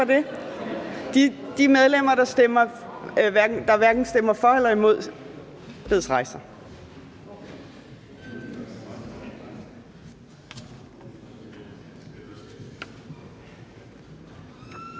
De medlemmer, der stemmer hverken for eller imod, bedes rejse